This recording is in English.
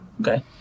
Okay